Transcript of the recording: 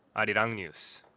arirang news